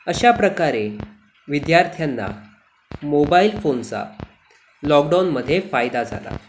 अशाप्रकारे विद्यार्थ्यांना मोबाईल फोनचा लॉकडाउनमध्ये फायदा झाला